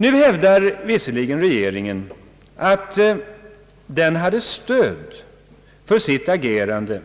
Nu hävdar visserligen regeringen att den hade stöd för sitt agerande